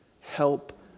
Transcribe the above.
help